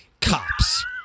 cops